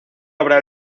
habrá